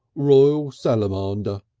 royal salamander.